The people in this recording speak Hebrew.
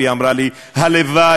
היא אמרה לי: הלוואי